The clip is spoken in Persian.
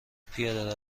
پیاده